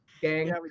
gang